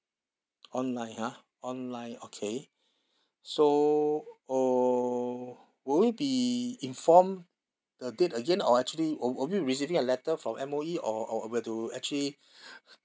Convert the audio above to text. online ah online okay so or will it be inform the date again or actually or or will we receiving a letter from M_O_E or or we have to actually